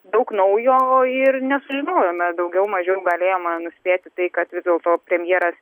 daug naujo ir nesužinojome daugiau mažiau galėjoma nuspėti tai kad vis dėlto premjeras